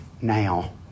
now